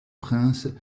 prince